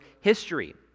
history